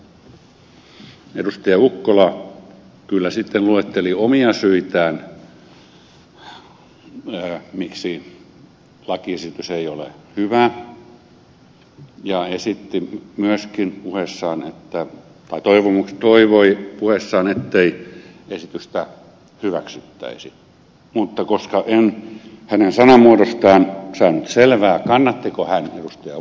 ukkola kyllä sitten luetteli omia syitään miksi lakiesitys ei ole hyvä ja toivoi myöskin puheessaan ettei esitystä hyväksyttäisi mutta koska en hänen sanamuodostaan saanut selvää kannattiko hän ed